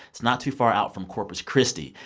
it's not too far out from corpus christi.